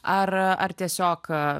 ar ar tiesiog